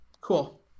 cool